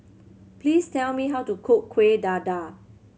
please tell me how to cook Kueh Dadar